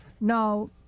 Now